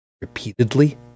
repeatedly